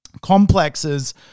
complexes